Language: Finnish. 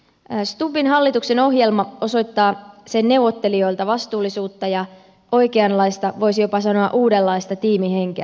stubbin hallituksen ohjelma osoittaa sen neuvottelijoilta vastuullisuutta ja oikeanlaista voisi jopa sanoa uudenlaista tiimihenkeä